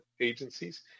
agencies